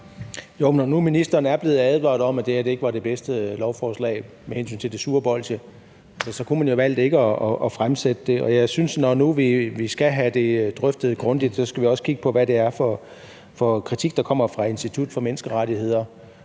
nu ministeren er blevet advaret om, at det her ikke var det bedste lovforslag med hensyn til det sure bolsje, så kunne man jo have valgt ikke at fremsætte det. Og jeg synes, at når nu vi skal have det grundigt drøftet, skal vi også kigge på, hvad det er for en kritik, der kommer fra Institut for Menneskerettigheder,